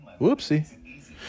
whoopsie